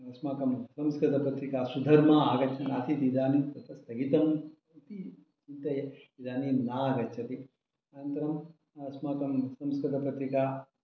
अस्माकं संस्कृतपत्रिका सुधर्मा आगच्छन् आसीत् इदानीं तत् स्थगितम् इति चिन्तयामि इदानीं न आगच्छति अनन्तरं अस्माकं संस्कृतपत्रिका